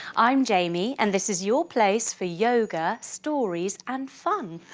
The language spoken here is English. i'm yeah jaime and this is your place for yoga, stories and fun.